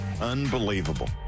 Unbelievable